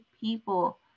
people